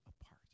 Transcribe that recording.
apart